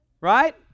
Right